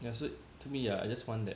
ya so to me ah I just want that